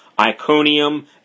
Iconium